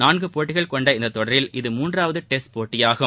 நான்கு போட்டிகள் கொண்ட இந்த தொடரில் இது மூன்றாவது டெஸ்ட் போட்டியாகும்